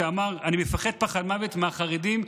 שאמר: אני מפחד פחד מוות מהחרדים,